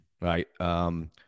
right